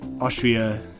Austria